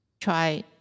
Try